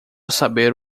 saber